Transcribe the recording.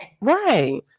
right